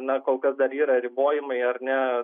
na kol kas dar yra ribojimai ar ne